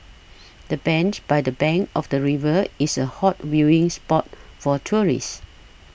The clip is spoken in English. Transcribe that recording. the bench by the bank of the river is a hot viewing spot for tourists